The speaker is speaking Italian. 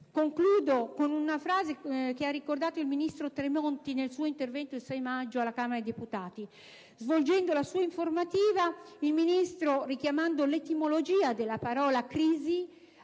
Concludo con una frase ricordata dal ministro Tremonti nel suo intervento del 6 maggio scorso alla Camera dei deputati. Svolgendo la sua informativa il Ministro, richiamando l'etimologia della parola crisi,